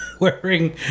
wearing